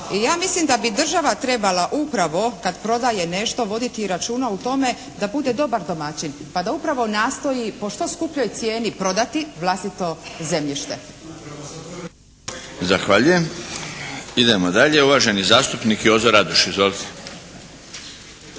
Ja mislim da bi država trebala upravo kad prodaje nešto voditi računa o tome da bude dobar domaćin pa da upravo nastoji po što skupljoj cijeni prodati vlastito zemljište. **Milinović, Darko (HDZ)** Zahvaljujem. Idemo dalje. Uvaženi zastupnik Jozo Radoš. Izvolite.